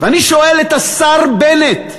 ואני שואל את השר בנט,